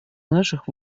наших